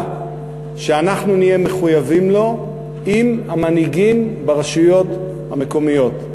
שאנחנו נהיה מחויבים לו עם המנהיגים ברשויות המקומיות.